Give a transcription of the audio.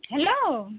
hello